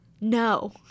No